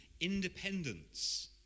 independence